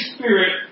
Spirit